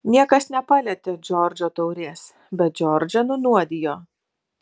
niekas nepalietė džordžo taurės bet džordžą nunuodijo